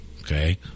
okay